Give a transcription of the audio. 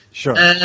sure